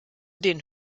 den